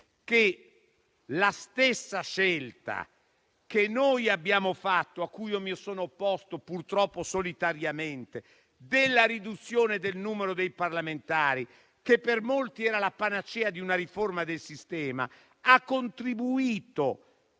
che la stessa scelta che noi abbiamo fatto, a cui io mi sono opposto purtroppo solitariamente, della riduzione del numero dei parlamentari, che per molti era la panacea di una riforma del sistema, ha avuto